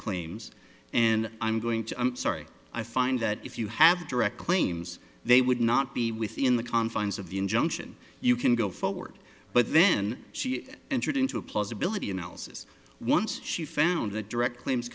claims and i'm going to i'm sorry i find that if you have direct claims they would not be within the confines of the injunction you can go forward but then she entered into a plausibility analysis once she found the direct claims